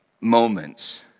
moments